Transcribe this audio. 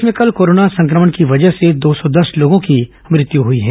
प्रदेश में कल कोरोना संक्रमण की वजह से दो सौ दस लोगों की मृत्यु हुई है